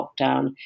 lockdown